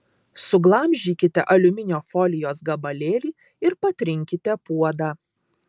suglamžykite aliuminio folijos gabalėlį ir patrinkite puodą